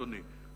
אדוני,